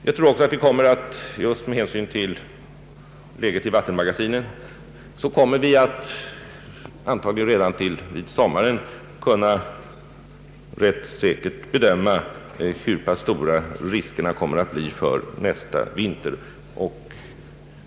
Just med hänsyn till läget när det gäller vattenmagasinen kommer vi antagligen redan till sommaren att rätt säkert kunna bedöma hur pass stora riskerna kommer att bli för nästa vinter.